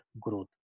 growth